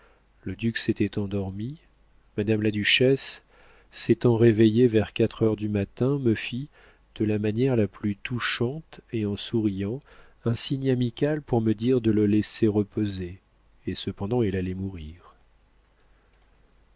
madame la duchesse s'étant réveillée vers quatre heures du matin me fit de la manière la plus touchante et en souriant un signe amical pour me dire de le laisser reposer et cependant elle allait mourir